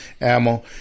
ammo